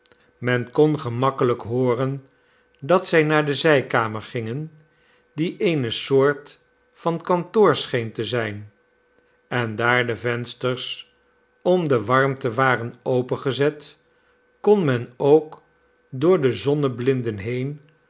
men kon gemakkelijk hooren dat zij naar de zijkamer gingen die eene soort van kantoor scheen te zijn en daar de vensters om de warmte waren opengezet kon men ook door de zonneblinden heen